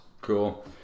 Cool